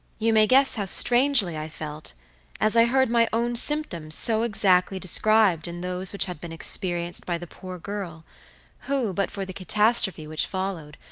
you may guess how strangely i felt as i heard my own symptoms so exactly described in those which had been experienced by the poor girl who, but for the catastrophe which followed,